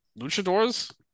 luchadors